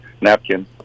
napkin